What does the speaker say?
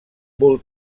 bull